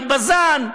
על בז"ן,